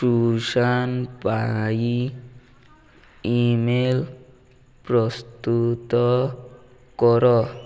Susan ପାଇଁ email ପ୍ରସ୍ତୁତ କର